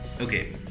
okay